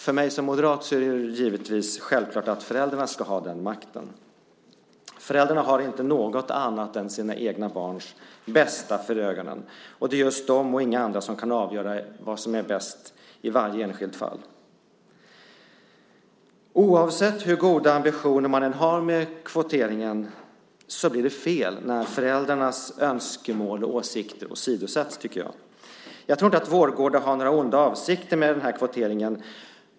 För mig som moderat är det självklart att föräldrarna ska ha den makten. Föräldrarna har inte något annat än sina egna barns bästa för ögonen. Det är just de och inga andra som kan avgöra vad som är bäst i varje enskilt fall. Hur goda ambitioner man än har med kvoteringen blir det, tycker jag, fel när föräldrarnas önskemål och åsikter åsidosätts. Jag tror inte att Vårgårda har några onda avsikter med den här kvoteringen.